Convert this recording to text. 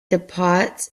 depots